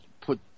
put